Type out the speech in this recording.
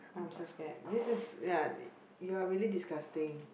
I'm so scared this is ya you're really disgusting